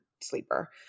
sleeper